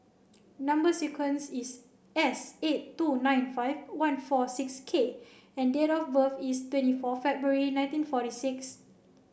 number sequence is S eight two nine five one four six K and date of birth is twenty four February nineteen forty six